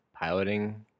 piloting